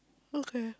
okay